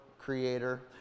Creator